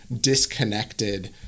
disconnected